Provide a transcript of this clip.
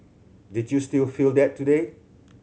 did you still feel that today